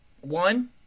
One